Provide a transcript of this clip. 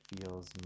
feels